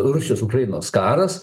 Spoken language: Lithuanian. rusijos ukrainos karas